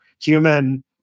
human